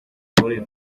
favorito